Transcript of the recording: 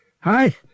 Hi